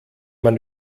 man